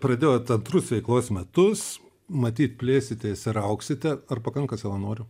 pradėjot antrus veiklos metus matyt plėsitės ir augsite ar pakanka savanorių